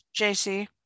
JC